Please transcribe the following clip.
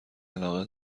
علاقه